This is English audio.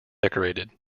decorated